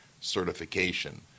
certification